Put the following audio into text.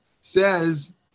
says